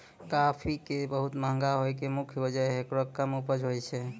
काफी के बहुत महंगा होय के मुख्य वजह हेकरो कम उपज होय छै